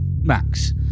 Max